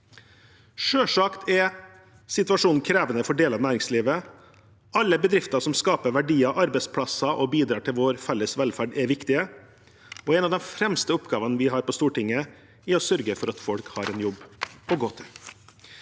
Selvsagt er situasjonen krevende for deler av næringslivet. Alle bedrifter som skaper verdier og arbeidsplasser og bidrar til vår felles velferd, er viktige, og en av de fremste oppgavene vi har på Stortinget, er å sørge for at folk har en jobb å gå til.